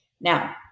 Now